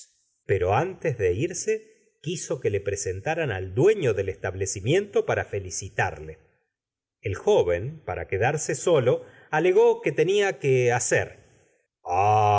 pero antes de irse quiso que le presentaran al duefio del establecimiento para felicitarle el joven para quedarse solo alegó que tenia que hacer